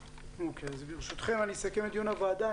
אז ברשותכם, אני אסכם את דיון הוועדה.